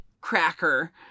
cracker